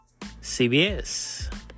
CBS